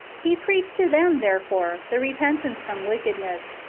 he preached to them, therefore, the repentance from wickedness,